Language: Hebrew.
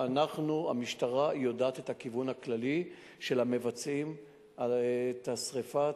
המשטרה יודעת את הכיוון הכללי של המבצעים את השרפה.